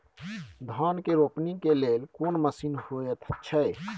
धान के रोपनी के लेल कोन मसीन होयत छै?